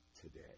today